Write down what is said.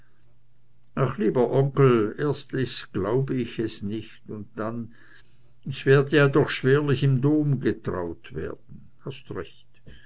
ach lieber onkel erstlich glaub ich es nicht und dann ich werde ja doch schwerlich im dom getraut werden hast recht